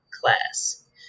class